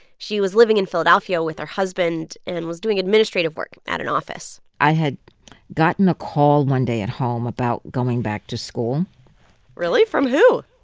she was living in philadelphia with her husband and was doing administrative work at an office i had gotten a call one day at home about going back to school really? from who?